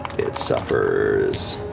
it suffers.